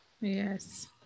Yes